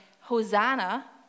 Hosanna